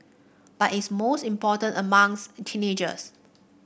but it's most important among teenagers